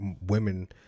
women